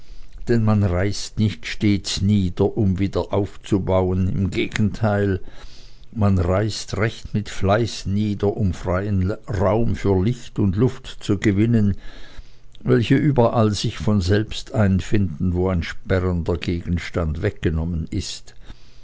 denn man reißt nicht stets nieder um wieder aufzubauen im gegenteil man reißt recht mit fleiß nieder um freien raum für licht und luft zu gewinnen welche überall sich von selbst einfinden wo ein sperrender gegenstand weggenommen ist